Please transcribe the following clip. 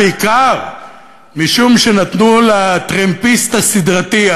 בעיקר משום שנתנו לטרמפיסט הסדרתי,